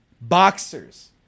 Boxers